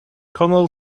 connell